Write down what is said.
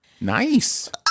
Nice